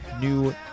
new